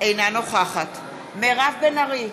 אינה נוכחת מירב בן ארי,